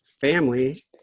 family